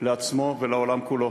לעצמו ולעולם כולו,